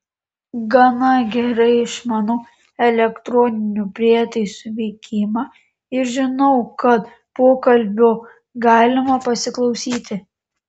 gana gerai išmanau elektroninių prietaisų veikimą ir žinau kad pokalbio galima pasiklausyti